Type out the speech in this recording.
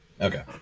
Okay